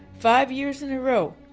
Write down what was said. five years in a row,